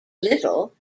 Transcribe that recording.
little